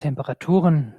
temperaturen